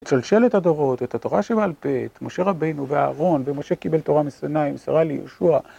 שלשלת הדורות, את התורה שבעל פה, את משה רבינו ואהרון, ומשה קיבל תורה מסיני ומסרה ליהושע